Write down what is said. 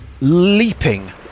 leaping